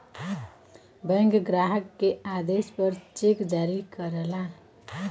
bank ग्राहक के आदेश पर चेक जारी करला